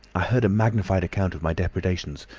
i heard a magnified account of my depredations,